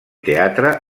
teatre